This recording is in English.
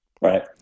Right